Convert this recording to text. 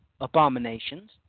abominations